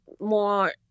more